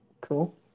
cool